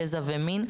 גזע ומין.